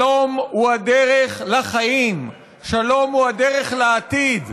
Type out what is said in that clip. שלום הוא הדרך לחיים, שלום הוא הדרך לעתיד.